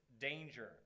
danger